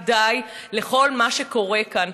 די, די לכל מה שקורה כאן.